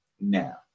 now